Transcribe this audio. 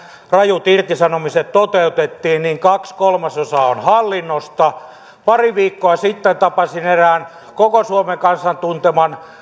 rajut irtisanomiset toteutettiin kaksi kolmasosaa on hallinnosta pari viikkoa sitten tapasin erään koko suomen kansan tunteman